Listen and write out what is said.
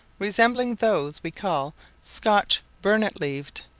resembling those we call scotch burnet-leaved,